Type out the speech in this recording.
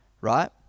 Right